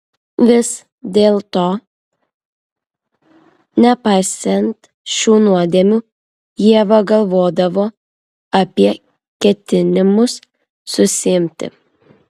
vis dėlto nepaisant šių nuodėmių ieva galvodavo apie ketinimus susiimti